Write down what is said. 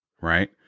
right